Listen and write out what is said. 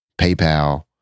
PayPal